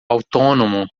autônomo